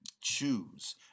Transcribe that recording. choose